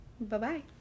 Bye-bye